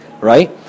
Right